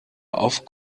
auf